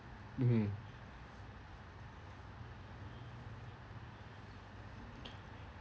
mm